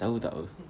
tahu tak apa